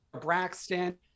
Braxton